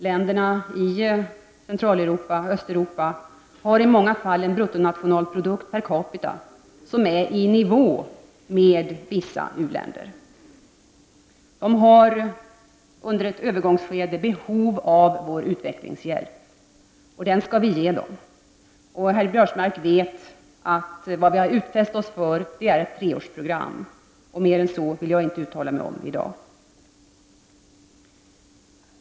Länderna i Centraloch Östeuropa har i många fall en bruttonationalprodukt per capita som är i nivå med vissa u-länders. De har under ett övergångsskede behov av vår utvecklingshjälp, och den skall vi ge dem. Och herr Biörsmark vet att vad vi har utfäst oss för är ett treårsprogram — mer än så vill jag inte uttala mig om det i dag.